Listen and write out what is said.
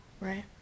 Right